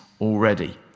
already